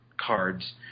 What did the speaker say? cards